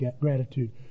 gratitude